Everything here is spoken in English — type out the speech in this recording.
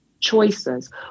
choices